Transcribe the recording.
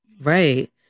right